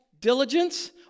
diligence